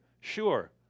Sure